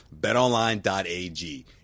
BetOnline.ag